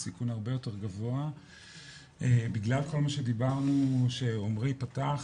בסיכון הרבה יותר גבוה בגלל כל מה שדיברנו שעומרי פתח,